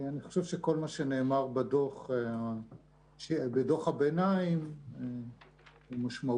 אני חושב שכל מה שנאמר בדוח הביניים הוא משמעותי.